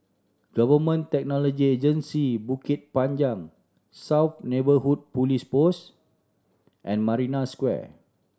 Government Technology Agency Bukit Panjang South Neighbourhood Police Post and Marina Square